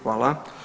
Hvala.